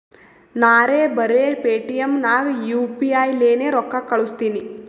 ನಾರೇ ಬರೆ ಪೇಟಿಎಂ ನಾಗ್ ಯು ಪಿ ಐ ಲೇನೆ ರೊಕ್ಕಾ ಕಳುಸ್ತನಿ